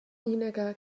inaga